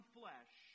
flesh